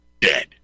dead